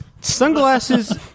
sunglasses